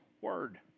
word